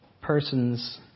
persons